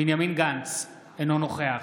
בנימין גנץ, אינו נוכח